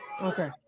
Okay